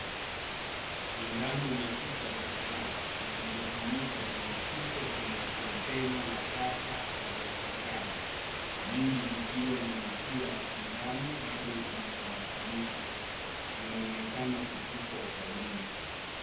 Sindano na chupa za dawa zilizotumika zimetupwa kwenye container ya taka za hospitali . Nyingi zikiwa na mipira ya sindano bado imeambatanishwa , zinaonekana kutupwa kwa wingi.